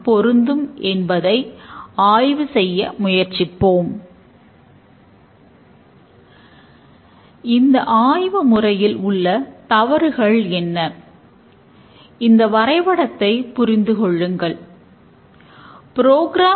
பிரித்த பிறகு அவற்றை நாம் வடிவ அமைப்புக் கொண்ட வரைபடங்களாக ஆக்குகிறோம்